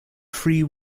free